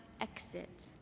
Exit